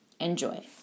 Enjoy